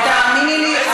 ותאמיני לי,